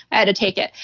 i had to take it.